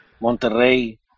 Monterrey